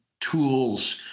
tools